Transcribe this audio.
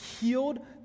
healed